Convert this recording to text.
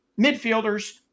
midfielders